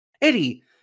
Eddie